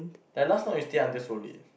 like last time you stay until so late